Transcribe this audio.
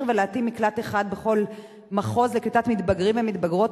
ולהתאים מקלט אחד בכל מחוז לקליטת מתבגרים ומתבגרות,